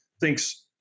thinks